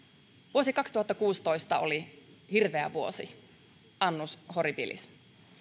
vuosi kaksituhattakuusitoista oli hirveä vuosi annus horribilis